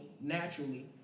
naturally